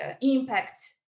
impact